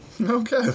Okay